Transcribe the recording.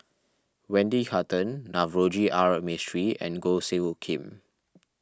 Wendy Hutton Navroji R Mistri and Goh Soo Khim